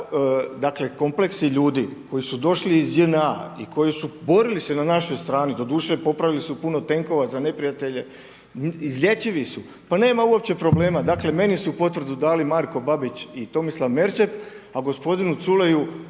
dakle kompleksi ljudi koji su došli iz JNA i koji su borili se na našoj strani doduše popravili su puno tenkova za neprijatelje, izlječivi su. Pa nema uopće problema. Dakle meni su potvrdu dali Marko Babić i Tomislav Merčep a gospodinu Culeju